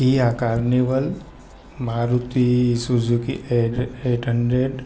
Kia carnival Maruti Suzuki eight hundred